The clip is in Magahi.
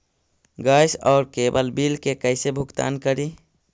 गैस और केबल बिल के कैसे भुगतान करी?